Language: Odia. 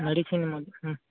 ମେଡ଼ିସିନ୍ ମଧ୍ୟ